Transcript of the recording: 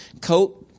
coat